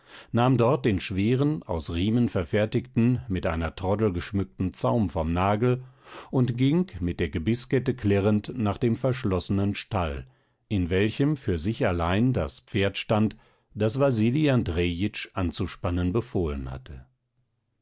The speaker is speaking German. nahm dort den schweren aus riemen verfertigten mit einer troddel geschmückten zaum vom nagel und ging mit der gebißkette klirrend nach dem verschlossenen stall in welchem für sich allein das pferd stand das wasili andrejitsch anzuspannen befohlen hatte